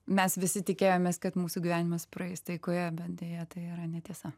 mes visi tikėjomės kad mūsų gyvenimas praeis taikoje bet deja tai yra netiesa